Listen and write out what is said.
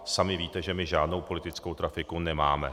Sami víte, že my žádnou politickou trafiku nemáme.